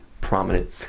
prominent